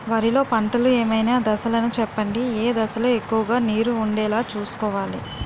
వరిలో పంటలు ఏమైన దశ లను చెప్పండి? ఏ దశ లొ ఎక్కువుగా నీరు వుండేలా చుస్కోవలి?